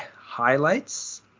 highlights